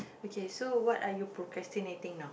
okay so what are you procrastinating now